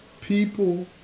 people